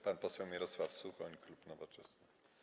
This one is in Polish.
Pan poseł Mirosław Suchoń, klub Nowoczesna.